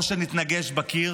או שנתנגש בקיר